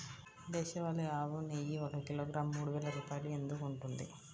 దేశవాళీ ఆవు నెయ్యి ఒక కిలోగ్రాము మూడు వేలు రూపాయలు ఎందుకు ఉంటుంది?